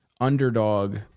underdog